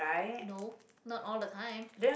no not all the time